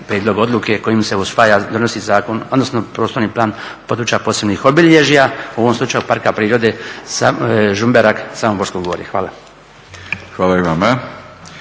prijedlog odluke kojom se usvaja, donosi zakon, odnosno prostorni plan područja posebnih obilježja, u ovom slučaju Parka prirode Žumberak, Samoborsko gorje. Hvala. **Batinić,